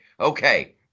okay